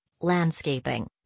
landscaping